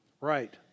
Right